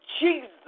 Jesus